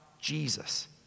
Jesus